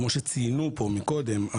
כמו שציינו פה מקודם,